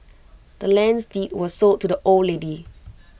the land's deed was sold to the old lady